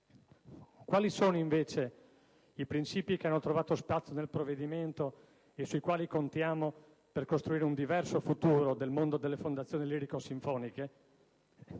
Quali sono, invece, i principi che hanno trovato spazio nel provvedimento e sui quali contiamo per costruire un diverso futuro del mondo delle fondazioni lirico-sinfoniche?